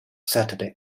saturday